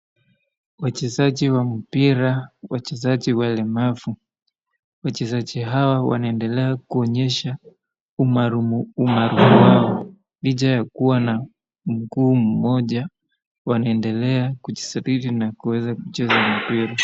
Wachezaji wa mpira, wachezaji walemavu. Wachezaji hawa wanaendelea kuonyesha umaarufu wao licha ya kuwa na mguu mmoja, wanaendelea kujisitiri na kuweza kucheza mpira.